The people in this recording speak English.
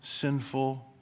sinful